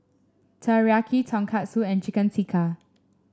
Teriyaki Tonkatsu and Chicken Tikka